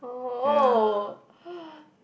oh oh